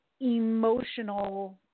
emotional